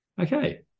Okay